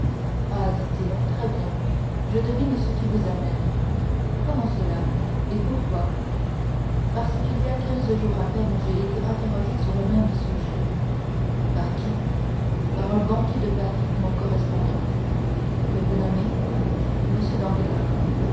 ah dit-il très bien je devine ce qui vous amène comment cela et pourquoi parce qu'il y a quinze jours à peine j'ai été interrogé sur le même sujet par qui par un banquier de paris mon correspondant que vous nommez m